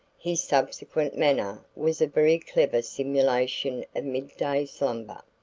his subsequent manner was a very clever simulation of midday slumber.